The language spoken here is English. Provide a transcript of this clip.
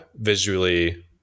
visually